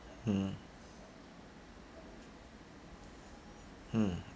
mm mm